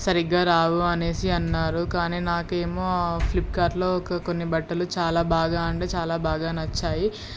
సరిగ్గా రావు అని అన్నారు కానీ నాకేమో ఫ్లిప్కార్ట్లో కొన్ని బట్టలు చాలా బాగా అంటే చాలా బాగా నచ్చాయి